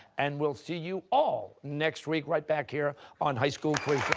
and we'll see you all next week right back here on high school quiz